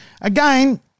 again